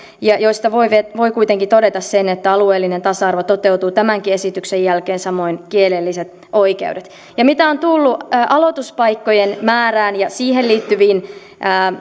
ja joista voi voi kuitenkin todeta sen että alueellinen tasa arvo toteutuu tämänkin esityksen jälkeen samoin kielelliset oikeudet ja mitä on tullut aloituspaikkojen määrään ja siihen liittyviin